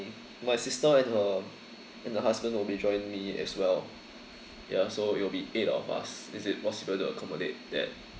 my sister and her and her husband will be joining me as well ya so it will be eight of us is it possible to accommodate that